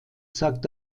sagt